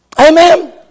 Amen